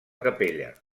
capella